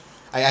I